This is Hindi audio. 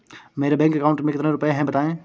मेरे बैंक अकाउंट में कितने रुपए हैं बताएँ?